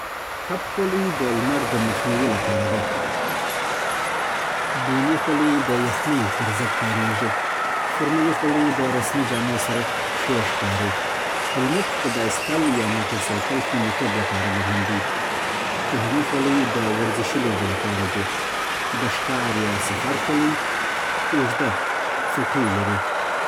کپ خولۍ د لمر د مخنیوي لپاره ده. بېنی خولۍ د یخنۍ پر ضد کارېږي. فرملي خولۍ د رسمي جامو سره ښې ښکاري. هیلمټ د بایسکل یا موټر سایکل خوندیتوب لپاره مهم دی. کوهني خولۍ د ورزشي لوبو لپاره دي. د ښکار یا سفر خولۍ اوږده څټۍ لري.